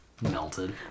melted